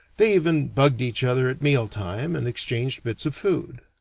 they even bugged each other at mealtime and exchanged bits of food.